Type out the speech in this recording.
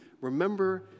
remember